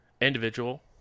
individual